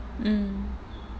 mm